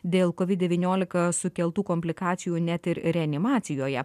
dėl kovid devyniolika sukeltų komplikacijų net ir reanimacijoje